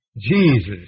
Jesus